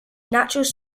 natural